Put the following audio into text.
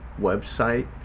website